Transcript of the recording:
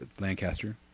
Lancaster